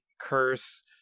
curse